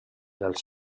dels